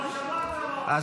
אבל שמעת מה הוא אומר כל הזמן.